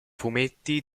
fumetti